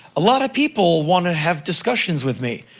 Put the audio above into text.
a lot of people want to have discussions with me.